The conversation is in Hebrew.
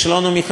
לדעתי,